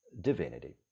divinity